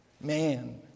Man